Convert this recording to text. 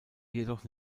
jedoch